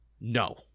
no